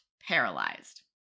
paralyzed